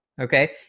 okay